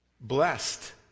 Blessed